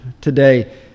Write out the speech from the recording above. today